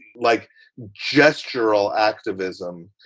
like gestural activism.